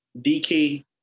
DK